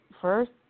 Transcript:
first